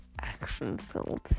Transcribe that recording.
action-filled